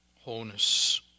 wholeness